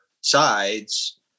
sides